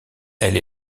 elle